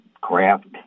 craft